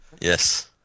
Yes